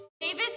David